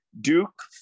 Duke